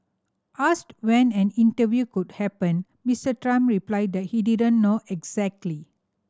asked when an interview could happen Mister Trump replied that he didn't know exactly